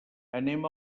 anem